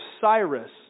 Cyrus